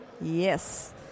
Yes